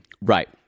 Right